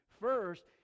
First